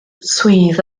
swydd